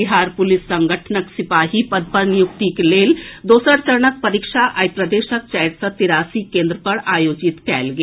Bihar police संगठनक सिपाही पद पर नियुक्तिक लेल दोसर चरणक परीक्षा आइ प्रदेशक चारि सय तिरासी केन्द्र पर आयोजित कयल गेल